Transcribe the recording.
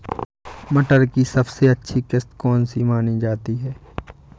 मटर की सबसे अच्छी किश्त कौन सी मानी जाती है?